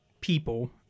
people